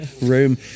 room